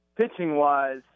pitching-wise